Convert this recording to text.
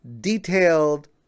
detailed